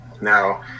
Now